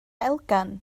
elgan